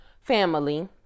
family